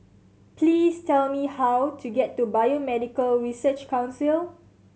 please tell me how to get to Biomedical Research Council